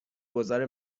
گذار